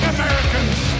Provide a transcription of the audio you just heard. Americans